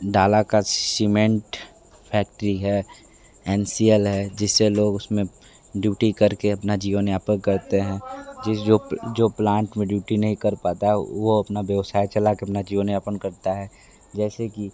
डाला का cement factory है एन सी एल है जिससे लोग उसमें ड्यूटी करके अपना जीवन यापन करते हैं जिस जो जो प्लांट में ड्यूटी नहीं कर पाता है वो अपना व्यवसाय चलाके करना जीवन यापन अपना करता है जैसे कि